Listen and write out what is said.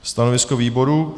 Stanovisko výboru?